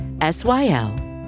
S-Y-L